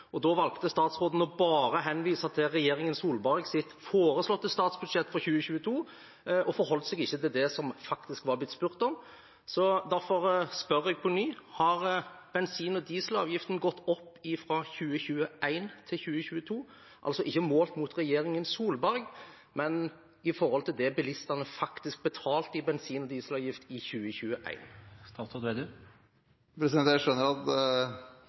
Da valgte statsråden bare å henvise til regjeringen Solbergs foreslåtte statsbudsjett for 2022, og forholdt seg ikke til det som faktisk var blitt spurt om. Derfor spør jeg på ny: Har bensin- og dieselavgiften gått opp fra 2021 til 2022 – altså ikke målt mot regjeringen Solberg, men i forhold til det bilistene faktisk betalte i bensin- og dieselavgift i 2021? I stad var jo representanten opptatt av sånne mafiabilder, så jeg tenkte jeg skulle si at